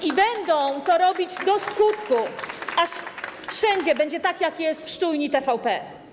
I będą to robić do skutku, aż wszędzie będzie tak jak jest w szczujni TVP.